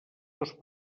dos